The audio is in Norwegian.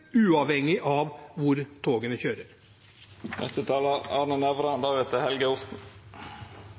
uavhengig av hvor togene